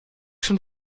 schon